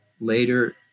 later